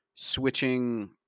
switching